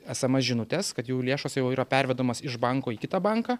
es em es žinutes kad jau lėšos jau yra pervedamos iš banko į kitą banką